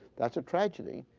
that's a tragedy,